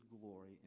glory